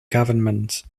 government